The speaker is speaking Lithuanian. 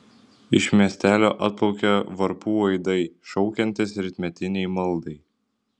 iš miestelio atplaukia varpų aidai šaukiantys rytmetinei maldai